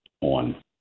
on